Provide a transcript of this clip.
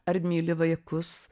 ar myli vaikus